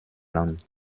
land